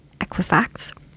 Equifax